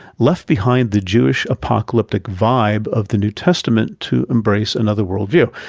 left behind the jewish apocalyptic vibe of the new testament to embrace another worldview.